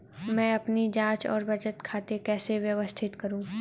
मैं अपनी जांच और बचत खाते कैसे व्यवस्थित करूँ?